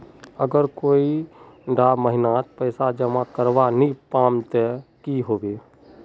अगर कोई डा महीनात पैसा जमा करवा नी पाम ते की होबे?